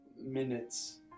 minutes